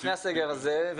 לפני הסגר הזה,